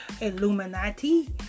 Illuminati